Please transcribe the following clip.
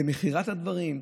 מכירת הדברים,